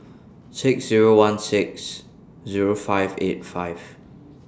six Zero one six Zero five eight five